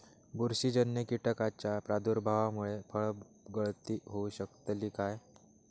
बुरशीजन्य कीटकाच्या प्रादुर्भावामूळे फळगळती होऊ शकतली काय?